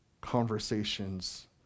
conversations